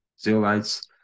zeolites